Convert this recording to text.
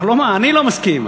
אני לא מסכים,